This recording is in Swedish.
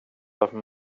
varför